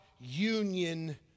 union